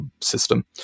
system